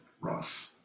Ross